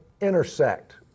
intersect